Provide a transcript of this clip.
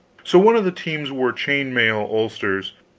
so, one of the teams wore chain-mail ulsters,